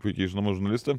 puikiai žinoma žurnalistė